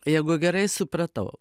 jeigu gerai supratau